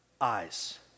eyes